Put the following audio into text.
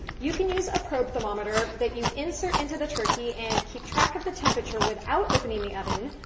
you can use a probe thermometer that you insert into the turkey and keep track of the temperature without opening the oven.